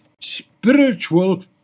spiritual